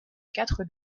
quatre